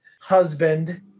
husband